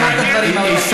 מעניין אותי,